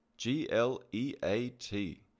G-L-E-A-T